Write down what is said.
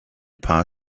paar